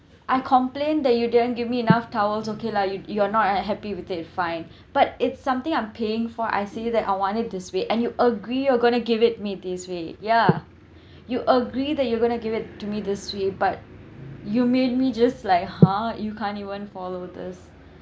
I complaint that you didn't give me enough towels okay lah you you are not uh happy with it fine but it's something I'm paying for I say that I want it this way and you agree of going to give it me this way ya you agree that you are going to give it to me this way but you made me just like !huh! you can't even follow this